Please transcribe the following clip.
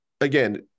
Again